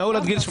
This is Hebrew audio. אני טועה?